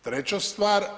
Treća stvar.